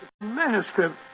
manuscript